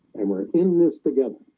and we're in this together